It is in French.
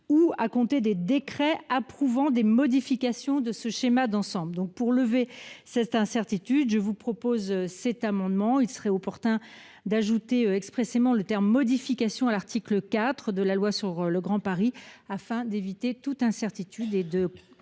ou à compter des décrets approuvant des modifications de ce schéma d'ensemble, donc pour lever cette incertitude je vous propose cet amendement il serait opportun d'ajouter expressément le terme modification à l'article quatre de la loi sur le Grand Paris afin d'éviter toute incertitude et de